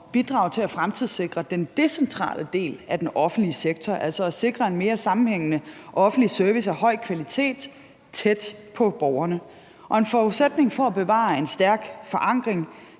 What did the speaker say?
bidrage til at fremtidssikre den decentrale del af den offentlige sektor, altså at sikre en mere sammenhængende offentlig service af høj kvalitet tæt på borgerne. En forudsætning for at bevare en stærk forankring